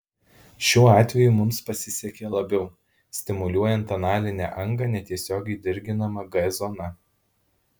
šiuo atveju mums pasisekė labiau stimuliuojant analinę angą netiesiogiai dirginama g zona